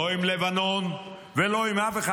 לא עם לבנון ולא עם אף אחד,